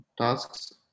tasks